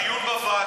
עשיתי דיון בוועדה.